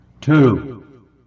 two